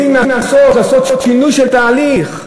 רוצים לעשות שינוי של תהליך,